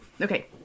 okay